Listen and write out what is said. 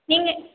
நீங்கள்